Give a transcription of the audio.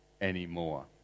anymore